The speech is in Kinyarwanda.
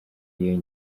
iyo